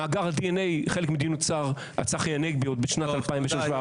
מאגר ה-DNA חלק ממדיניות השר צחי הנגבי עוד ב-2006- -- אוקיי,